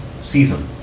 season